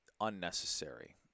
unnecessary